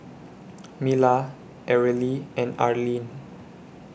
Mila Areli and Arleen